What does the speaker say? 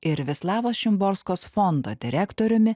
ir vislavos šimborskos fondo direktoriumi